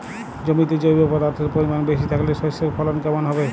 জমিতে জৈব পদার্থের পরিমাণ বেশি থাকলে শস্যর ফলন কেমন হবে?